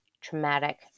traumatic